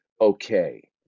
okay